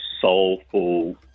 soulful